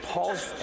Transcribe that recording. Paul's